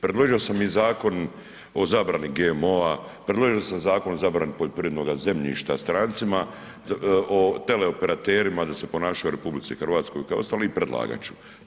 Predložio sam i Zakon o zabrani GMO-a, predložio sam zakon o zabrani poljoprivrednoga zemljišta strancima, o teleoperaterima da se ponašaju u RH kao ostali i predlagat ću.